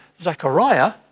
Zechariah